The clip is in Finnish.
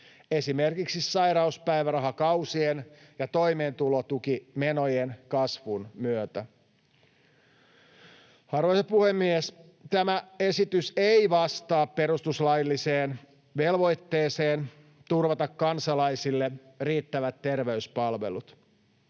esimerkiksi sairauspäivärahakausien ja toimeentulotukimenojen kasvun myötä. Arvoisa puhemies! Tämä esitys ei vastaa perustuslailliseen velvoitteeseen turvata kansalaisille riittävät terveyspalvelut.